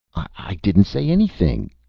i didn't say anything,